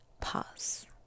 pause